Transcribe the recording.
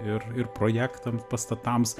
ir ir projektam pastatams